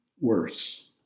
worse